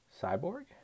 Cyborg